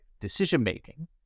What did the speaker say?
decision-making